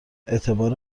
اعتبار